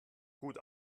gut